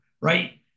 Right